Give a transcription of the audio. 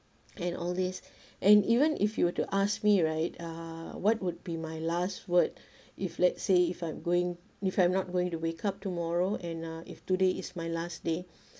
and all this and even if you were to ask me right uh what would be my last word if let's say if I'm going if I'm not going to wake up tomorrow and uh if today is my last day